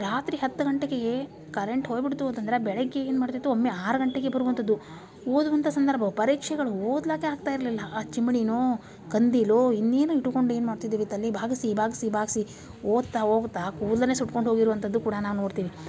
ರಾತ್ರಿ ಹತ್ತು ಗಂಟೆಗೇ ಕರೆಂಟ್ ಹೋಗ್ಬಿಡ್ತು ಅಂತಂದ್ರೆ ಬೆಳಗ್ಗೆ ಏನು ಮಾಡ್ತಿತ್ತು ಒಮ್ಮೆ ಆರು ಗಂಟೆಗೆ ಬರುವಂಥದ್ದು ಓದುವಂಥ ಸಂದರ್ಭ ಪರೀಕ್ಷೆಗಳು ಓದ್ಲಿಕ್ಕೆ ಆಗ್ತಾ ಇರಲಿಲ್ಲ ಆ ಚಿಮಣಿನೋ ಕಂದೀಲೋ ಇನ್ನೇನೋ ಇಟ್ಟುಕೊಂಡು ಏನು ಮಾಡ್ತಿದ್ವಿ ತಲೆ ಬಾಗಿಸಿ ಬಾಗಿಸಿ ಬಾಗಿಸಿ ಓದ್ತಾ ಓದ್ತಾ ಕೂದಲನೇ ಸುಟ್ಕೊಂಡು ಹೋಗಿರುವಂ ಥದ್ದು ಕೂಡ ನಾವು ನೋಡ್ತೀವಿ